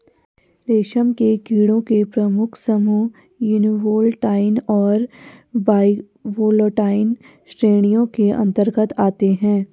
रेशम के कीड़ों के प्रमुख समूह यूनिवोल्टाइन और बाइवोल्टाइन श्रेणियों के अंतर्गत आते हैं